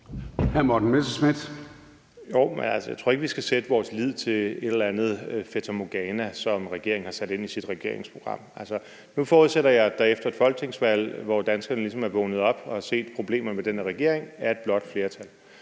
jeg tror altså ikke, at vi skal sætte vores lid til et eller andet fatamorgana, som regeringen har sat ind i sit regeringsprogram. Nu forudsætter jeg, at der efter et folketingsvalg, hvor danskerne ligesom er vågnet op og har set problemerne med den her regering, er et blåt flertal,